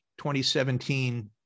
2017